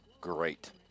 great